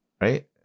right